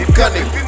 gunning